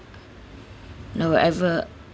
no whatever